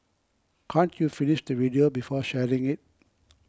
can't you finish the video before sharing it